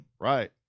Right